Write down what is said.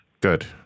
good